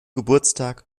geburtstag